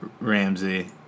Ramsey